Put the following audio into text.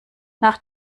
nach